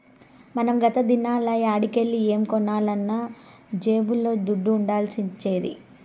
మనం గత దినాల్ల యాడికెల్లి ఏం కొనాలన్నా జేబుల్ల దుడ్డ ఉండాల్సొచ్చేది